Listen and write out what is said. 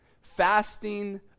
Fasting